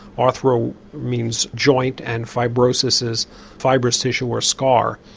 arthro means joint and fibrosis is fibrous tissue or scar.